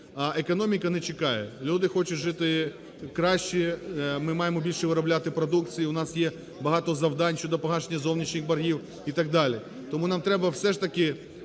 А економіка не чекає, люди хочуть жити краще, ми маємо більше виробляти продукції, у нас є багато завдань щодо погашення зовнішніх боргів і так далі. Тому нам треба все ж таки